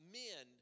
men